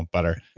butter.